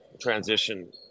transition